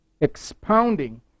expounding